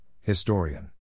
historian